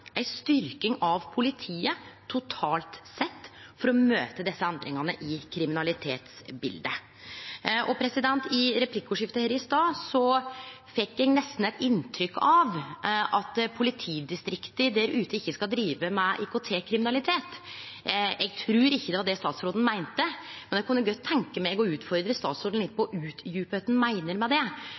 ei styrking av politiet, totalt sett, for å møte desse endringane i kriminalitetsbiletet. I replikkordskiftet her i stad fekk eg nesten eit inntrykk av at politidistrikta ikkje skal drive med IKT-kriminalitet. Eg trur ikkje det var det statsråden meinte, men eg kunne godt tenkje meg å utfordre statsråden litt på å utdjupe kva han meiner med det.